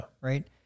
Right